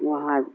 وہاں